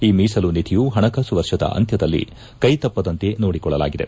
ಈ ಮೀಸಲು ನಿಧಿಯು ಪಣಕಾಸು ವರ್ಷದ ಅಂತ್ಯದಲ್ಲಿ ಕೈತಪ್ಪದಂತೆ ನೋಡಿಕೊಳ್ಳಲಾಗಿದೆ